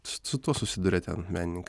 s su tuo susiduria ten menininkai